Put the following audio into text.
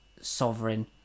sovereign